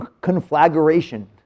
conflagration